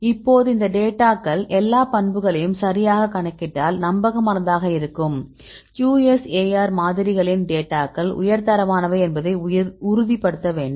இப்போது இந்தத் டேட்டாக்கள் எல்லா பண்புகளையும் சரியாகக் கணக்கிட்டால் நம்பகமானதாக இருக்கும் QSAR மாதிரிகளின் டேட்டாக்கள் உயர் தரமானவை என்பதை உறுதிப்படுத்த வேண்டும்